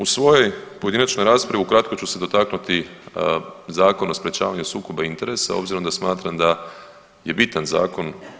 U svojoj pojedinačnoj raspravi ukratko ću se dotaknuti Zakona o sprječavanju sukoba interesa obzirom da smatram da je bitan zakon.